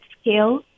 scale